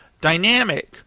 dynamic